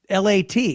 lat